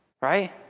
right